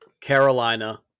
Carolina